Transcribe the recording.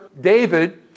David